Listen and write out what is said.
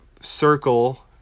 circle